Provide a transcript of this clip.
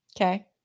Okay